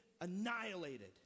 annihilated